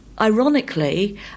ironically